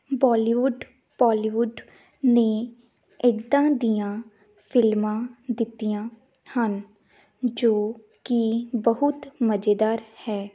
Bollywood Bollywood ਨੇ ਇੱਦਾਂ ਦੀਆਂ ਫਿਲਮਾਂ ਦਿੱਤੀਆਂ ਹਨ ਜੋ ਕਿ ਬਹੁਤ ਮਜੇਦਾਰ ਹੈ